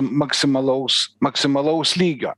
maksimalaus maksimalaus lygio